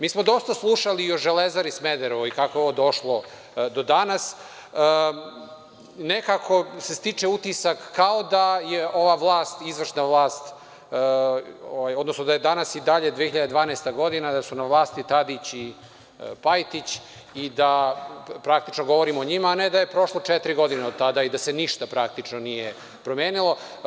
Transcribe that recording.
Mi smo dosta slušali i o „Železari“ Smederevo i kako je ovo došlo do danas, nekako se stiče utisak kao da je ova izvršna vlast, odnosno da je danas i dalje 2012. godina i da su i dalje na vlasti Tadić i Pajtić, i da praktično govorimo o njima, a ne da je prošlo četiri godine od tada i da se ništa nije praktično promenilo.